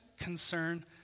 concern